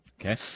Okay